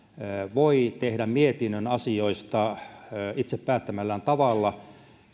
voi tehdä mietinnön asioista itse päättämällään tavalla